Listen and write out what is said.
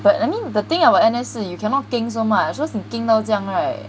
but I mean the thing about N_S 是 you cannot geng so much cause 你 geng 到这样 right